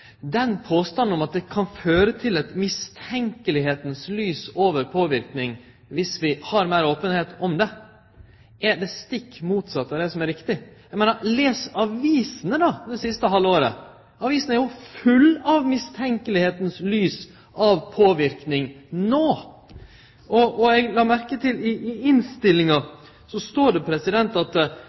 Den andre viktige grunnen er: Eg meiner, som det er sagt tidlegare, at påstanden om at det kan føre til eit mistenkjelegheitas lys over påverknad dersom vi har meir openheit om det, er det stikk motsette av det som er riktig. Les avisene, då – det siste halve året. Avisene er jo fulle av mistenkjelegheitas lys av påverknad no! Eg la merke til at det står i innstillinga at